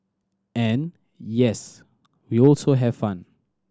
and yes we also have fun